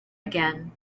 again